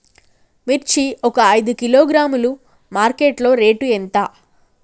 మిర్చి ఒక ఐదు కిలోగ్రాముల మార్కెట్ లో రేటు ఎంత?